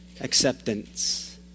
acceptance